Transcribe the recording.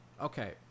Okay